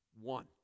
One